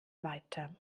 weiter